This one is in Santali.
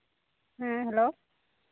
ᱦᱮᱸ ᱦᱮᱞᱳ